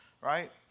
right